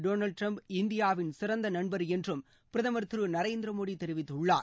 Donald Trump இந்தியாவின் சிறந்த நண்பர் என்றும் பிரதமர் திரு நரேந்திர மோடி தெரிவித்துள்ளார்